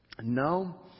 no